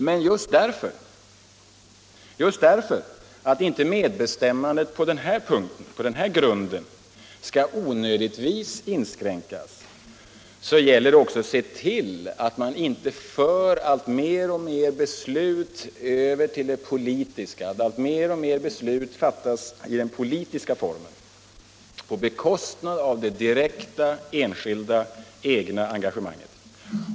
Men just därför att inte medbestämmandet skall onödigtvis inskränkas på den här grunden gäller det också att se till att man inte för allt fler beslut över till det politiska området, att inte allt fler beslut fattas i den politiska formen — på bekostnad av det direkta, enskilda, egna engagemanget.